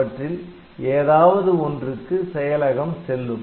அவற்றில் ஏதாவது ஒன்றுக்கு செயலகம் செல்லும்